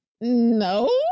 no